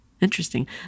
Interesting